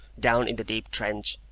down in the deep trench,